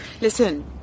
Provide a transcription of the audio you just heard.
Listen